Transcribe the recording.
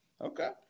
okay